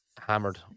hammered